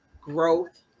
growth